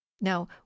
now